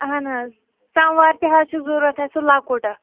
اہن حظ سَماوار تہِ حظ چھِ ضوٚرتھ اَسہِ سُہ لۄکُٹ اَکھ